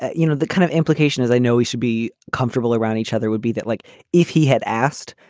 ah you know, the kind of implication is i know we should be comfortable around each other would be that like if he had asked,